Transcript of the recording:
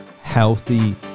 healthy